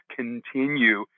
continue